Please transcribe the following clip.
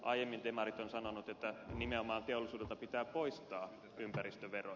aiemmin demarit ovat sanoneet että nimenomaan teollisuudelta pitää poistaa ympäristöveroja